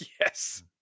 Yes